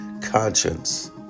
conscience